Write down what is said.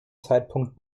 zeitpunkt